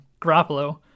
Garoppolo